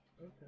okay